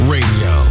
Radio